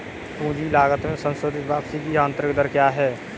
पूंजी लागत में संशोधित वापसी की आंतरिक दर क्या है?